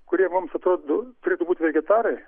kurie mums atrodo turėtų būti vegetarai